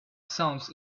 sounds